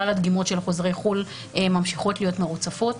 כלל הבדיקות של חוזרי חו"ל ממשיכות להיות מרוצפות,